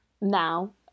now